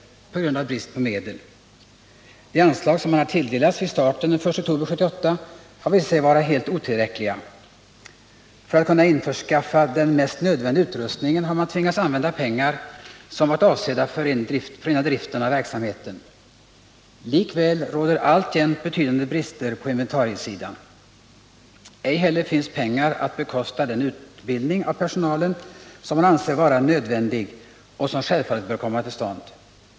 De anslag som tilldelades vid starten den 1 oktober 1978 har visat sig vara helt otillräckliga. För att kunna skaffa den mest nödvändiga utrustningen har man tvingats använda pengar som varit avsedda för den rena driften av verksamheten. Likväl finns det alltjämt betydande brister på inventariesidan. Ej heller finns det pengar att bekosta den utbildning av personalen som man anser vara nödvändig och som självfallet bör komma till stånd.